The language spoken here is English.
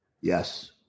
Yes